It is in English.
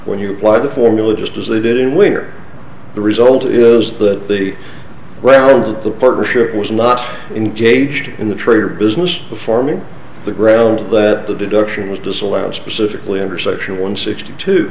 when your blood the formula just as they did in winner the result is that the royalty the partnership was not engaged in the trade or business of forming the ground that the deduction was disallowed specifically under section one sixty two